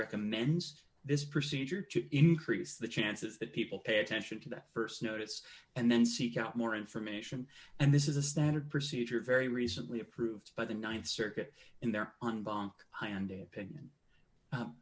recommends this procedure to increase the chances that people pay attention to that st notice and then seek out more information and this is a standard procedure very recently approved by the th circuit in there on bonk i and a opinion u